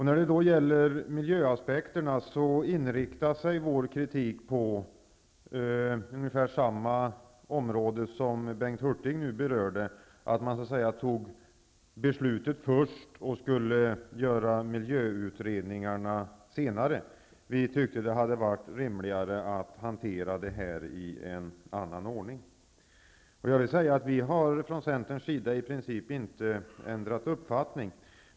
När det gäller miljöaspekterna inriktar sig vår kritik på ungefär samma område som Bengt Hurtig berörde. Beslutet fattades först, och miljöutredningarna skulle göras senare. Vi tyckte att det hade varit rimligare att hantera frågan i en annan ordning. Vi från Centerns sida har i princip inte ändrat uppfattning.